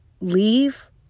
leave